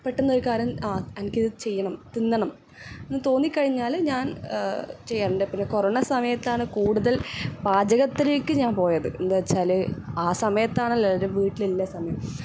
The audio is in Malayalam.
പെട്ടെന്നൊരു കാരൻ ആ എനിക്ക് ഇത് ചെയ്യണം തിന്നണം എന്ന് തോന്നിക്കഴിഞ്ഞാല് ഞാൻ ചെയ്യാറുണ്ട് പിന്നെ കൊറോണ സമയത്താണ് കൂട്തൽ പാചകത്തിലേക്ക് ഞാൻ പോയത് എന്താ വെച്ചാല് ആ സമയത്താണല്ലൊ എല്ലാവരും വീട്ടിലുള്ള സമയം അപ്പോൾ